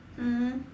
mmhmm